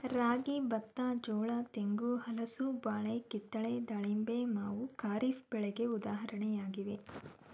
ರಾಗಿ, ಬತ್ತ, ಜೋಳ, ತೆಂಗು, ಹಲಸು, ಬಾಳೆ, ಕಿತ್ತಳೆ, ದಾಳಿಂಬೆ, ಮಾವು ಖಾರಿಫ್ ಬೆಳೆಗೆ ಉದಾಹರಣೆಯಾಗಿವೆ